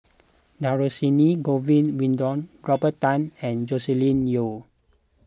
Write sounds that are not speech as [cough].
Dhershini Govin Winodan [noise] Robert Tan and Joscelin Yeo